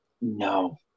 No